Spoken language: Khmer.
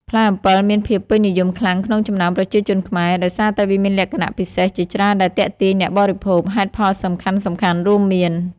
ផ្លែអំពិលមានភាពពេញនិយមខ្លាំងក្នុងចំណោមប្រជាជនខ្មែរ ដោយសារតែវាមានលក្ខណៈពិសេសជាច្រើនដែលទាក់ទាញអ្នកបរិភោគ។ ហេតុផលសំខាន់ៗរួមមាន